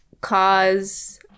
cause